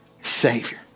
Savior